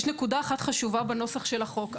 יש נקודה אחת חשובה בנוסח של החוק.